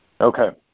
Okay